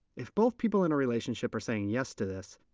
if both people in a relationship are saying yes to this,